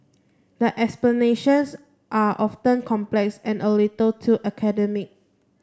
the explanations are often complex and a little too academic